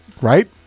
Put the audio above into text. Right